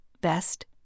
Best